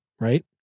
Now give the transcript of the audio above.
right